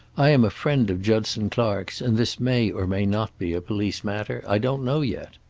i am a friend of judson clark's, and this may or may not be a police matter. i don't know yet.